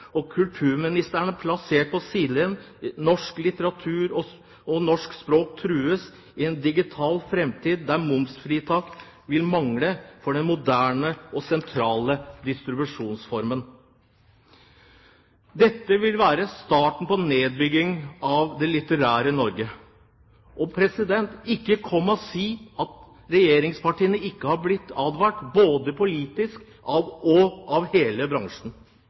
og kulturministeren er plassert på sidelinjen. Norsk litteratur og norsk språk trues i en digital framtid der momsfritak vil mangle for den moderne og sentrale distribusjonsformen. Dette vil være starten på nedbyggingen av det litterære Norge. Ikke kom og si at regjeringspartiene ikke har blitt advart, både politisk og av hele bransjen.